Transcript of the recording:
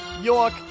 York